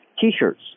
T-shirts